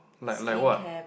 like like what